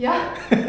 ya